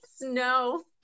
no